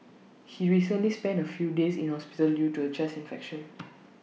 he recently spent A few days in hospital due to A chest infection